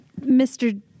Mr